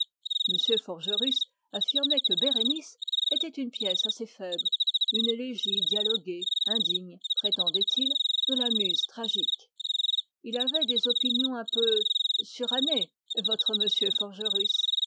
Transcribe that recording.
forgerus affirmait que bérénice était une pièce assez faible une élégie dialoguée indigne prétendait-il de la muse tragique il avait des opinions un peu surannées votre